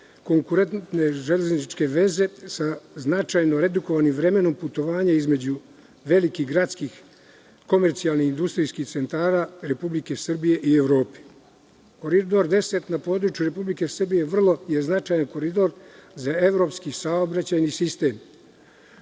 kvalitetne železničke veze sa značajno redukovanim vremenom putovanja između velikih gradskih, komercijalnih, industrijskih centara Republike Srbije i Evrope. Koridor 10 na području Republike Srbije je vrlo značajan koridor za evropski saobraćajni sistem.